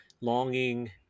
longing